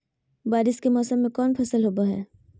बारिस के मौसम में कौन फसल होबो हाय?